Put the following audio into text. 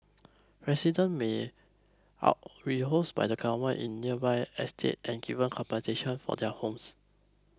residents me are rehoused by the government in nearby estates and given compensation for their homes